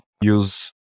use